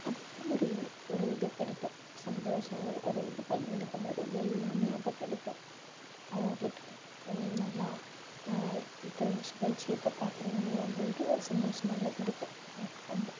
அப்போ வந்து ஒரு ஒரு இது கிடைக்கும் சந்தோஷம் ஒரு இது பகிர்ந்து கொண்டாடி எல்லாமே அப்போ கிடைக்கும் அவங்கக்கிட்ட நல்லா இத்தனை வருஷம் கழிச்சு இப்போ பார்க்குறாங்களே அப்படின்ட்டு ஒரு சந்தோஷம் நல்லா கிடைக்கும் அவங்கக்கிட்டேந்து